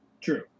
True